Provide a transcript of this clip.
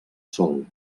sol